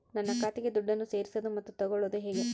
ನನ್ನ ಖಾತೆಗೆ ದುಡ್ಡನ್ನು ಸೇರಿಸೋದು ಮತ್ತೆ ತಗೊಳ್ಳೋದು ಹೇಗೆ?